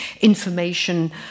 information